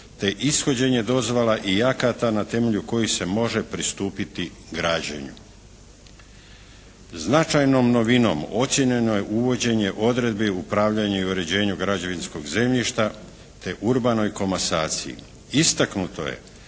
te ishođenje dozvola i akata na temelju kojih se može pristupiti građenju. Značajnom novinom ocijenjeno je uvođenje odredbi o upravljanju i uređenju građevinskog zemljišta, te urbanoj komasaciji. Istaknuto je